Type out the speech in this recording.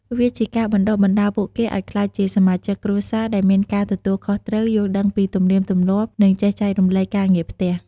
វាជាការបណ្ដុះបណ្ដាលពួកគេឲ្យក្លាយជាសមាជិកគ្រួសារដែលមានការទទួលខុសត្រូវ យល់ដឹងពីទំនៀមទម្លាប់ និងចេះចែករំលែកការងារផ្ទះ។